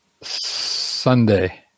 Sunday